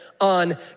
on